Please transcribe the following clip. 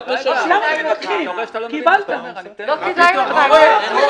מה פתאום?